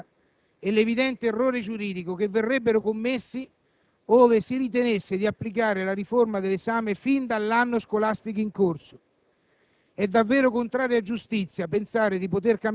«Mi sembra indiscutibile la profonda ingiustizia e l'evidente errore giuridico che verrebbero commessi ove si ritenesse di applicare la riforma dell'esame sin dall'anno scolastico in corso;